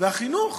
והחינוך?